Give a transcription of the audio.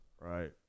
Right